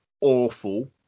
Awful